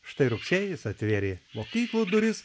štai rugsėjis atvėrė mokyklų duris